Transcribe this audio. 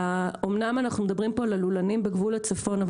אמנם אנחנו מדברים פה על הלולנים בגבול הצפון אבל